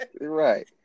Right